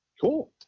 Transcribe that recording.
Cool